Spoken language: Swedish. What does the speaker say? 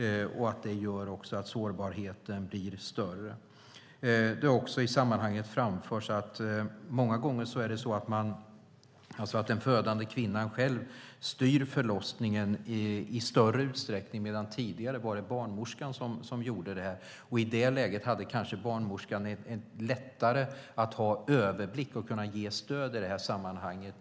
Det gör att sårbarheten blir större. Det har också i sammanhanget framförts att det många gånger är den födande kvinnan själv som styr förlossningen i större utsträckning än tidigare. Tidigare var det barnmorskan som gjorde det, och i det läget hade kanske barnmorskan lättare att ha överblick och kunna ge stöd.